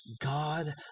God